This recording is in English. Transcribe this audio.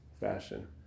fashion